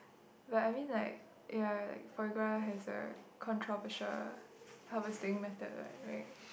but I mean like ya like foie gras has a controversial harvesting method what right